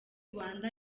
rwanda